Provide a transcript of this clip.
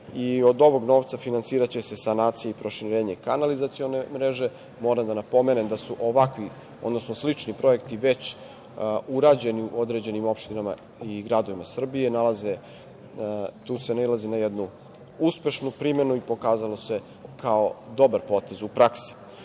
Od ovog novca finansiraće se sanacija i proširenje kanalizacione mreže. Moram da napomenem da su ovakvi, odnosno slični projekti već urađeni u određenim opštinama i gradovima Srbije. Tu se nailazi na jednu uspešnu primenu i pokazalo se kao dobar potez u praksi.